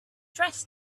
dress